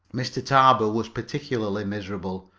mr. tarbill was particularly miserable,